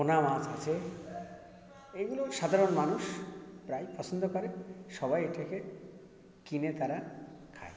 পোনা মাছ আছে এগুলো সাধারণ মানুষ প্রায় পছন্দ করে সবাই এটাকে কিনে তারা খায়